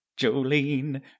Jolene